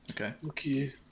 Okay